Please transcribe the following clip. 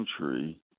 century